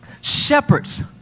Shepherds